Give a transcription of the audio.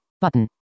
Button